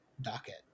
docket